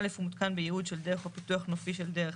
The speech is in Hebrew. ׁׁׂ(א) הוא מותקן בייעוד של דרך או פיתוח נופי של דרך